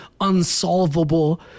unsolvable